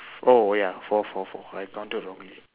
four ya four four four I counted wrongly